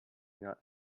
not